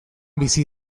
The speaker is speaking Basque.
bizi